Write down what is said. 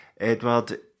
Edward